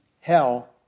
Hell